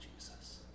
Jesus